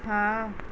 ہاں